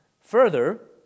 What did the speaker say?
Further